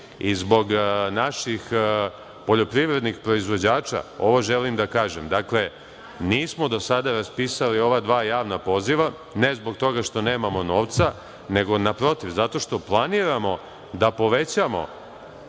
i zbog naših poljoprivrednih proizvođača ovo želim da kažem. Dakle, nismo do sada raspisali ova dva javna poziva, ne zbog toga što nemamo novca, nego naprotiv, zato što planiramo da povećamo